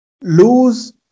lose